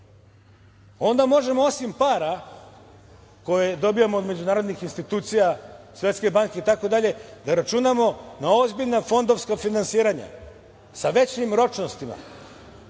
onda možemo, osim para koje dobijamo od međunarodnih institucija, Svetske banke i itd, da računamo na ozbiljna fondovska finansiranja sa većim ročnostima.